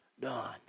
done